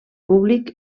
públic